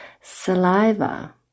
saliva